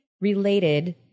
related